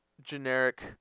Generic